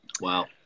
Wow